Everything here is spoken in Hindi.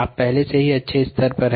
आप पहले से ही अच्छे स्तर पर हैं